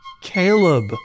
Caleb